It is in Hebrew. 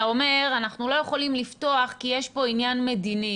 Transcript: אתה אומר שאנחנו לא יכולים לפתוח כי יש פה עניין מדיני,